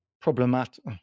problematic